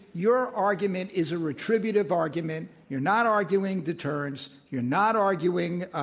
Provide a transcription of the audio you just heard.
your argument is a retributive argument. you're not arguing deterrence. you're not arguing